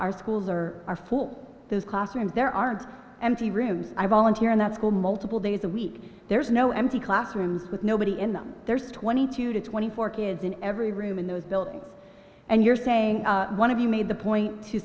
our schools are are full those classrooms there aren't empty rooms i volunteer in that school multiple days a week there's no empty classrooms with nobody in them there's twenty to twenty four kids in every room in those building and you're saying one of you made the point to